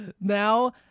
Now